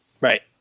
Right